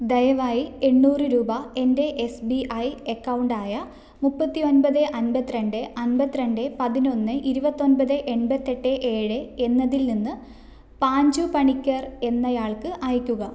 ദയവായി എണ്ണൂറ് രൂപ എൻ്റെ എസ് ബി ഐ അക്കൗണ്ടായ മുപ്പത്തി ഒൻപത് അൻപത്തിരണ്ട് അൻപത്തിരണ്ട് പതിനൊന്ന് ഇരുപത്തൊൻപത് എൺപത്തെട്ട് ഏഴ് എന്നതിൽ നിന്ന് പാഞ്ചു പണിക്കർ എന്നയാൾക്ക് അയക്കുക